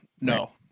no